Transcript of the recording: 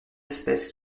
espèces